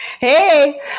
Hey